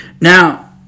Now